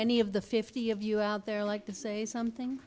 any of the fifty of you out there like to say something